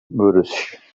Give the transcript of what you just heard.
moorish